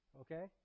Okay